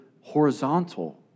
horizontal